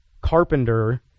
carpenter